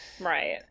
Right